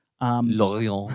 Lorient